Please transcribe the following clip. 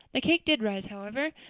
the cake did rise, however,